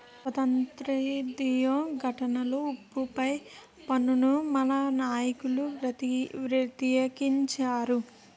స్వాతంత్రోద్యమ ఘట్టంలో ఉప్పు పై పన్నును మన నాయకులు వ్యతిరేకించారు